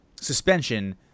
suspension